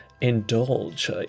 indulge